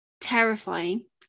terrifying